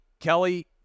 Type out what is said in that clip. Kelly